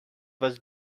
was